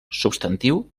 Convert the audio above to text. substantiu